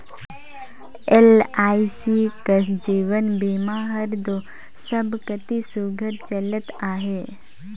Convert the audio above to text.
LIC कस जीवन बीमा हर दो सब कती सुग्घर चलत अहे